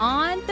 on